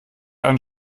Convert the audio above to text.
einen